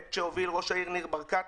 פרויקט שהוביל ראש העיר לשעבר ניר ברקת.